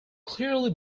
clearly